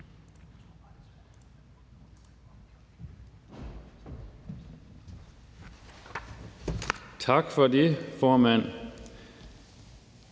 Tak for det, formand.